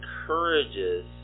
encourages